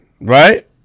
Right